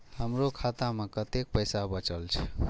हमरो खाता में कतेक पैसा बचल छे?